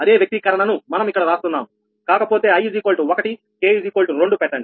అదే వ్యక్తీకరణను మనం ఇక్కడ రాస్తున్నాము కాకపోతే i 1 k 2 పెట్టండి